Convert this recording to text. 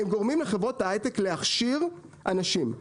הם גורמים לחברות ההייטק להכשיר אנשים.